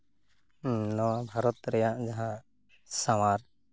ᱱᱚᱣᱟ ᱵᱷᱟᱨᱚᱛ ᱨᱮᱭᱟᱜ ᱡᱟᱦᱟᱸ ᱥᱟᱶᱟᱨ